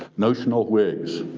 notional wigs.